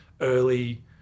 early